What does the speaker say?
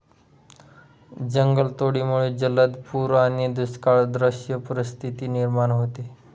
जंगलतोडीमुळे जलद पूर आणि दुष्काळसदृश परिस्थिती निर्माण होते